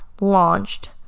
launched